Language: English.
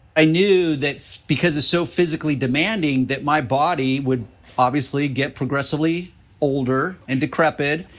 i knew that because it's so physically demanding, that my body would obviously get progressively older and decrepit.